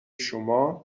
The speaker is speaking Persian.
شما